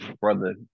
brother